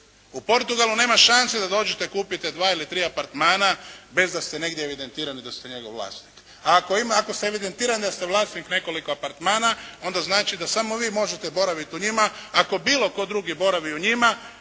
U Portugalu nemate šanse da dođete i kupite dva ili tri apartmana bez da ste negdje evidentirani da ste njegov vlasnik. A ako ste evidentirani da ste vlasnik nekoliko apartmana onda znači da samo vi možete boraviti u njima. Ako bilo tko drugi boravi u njima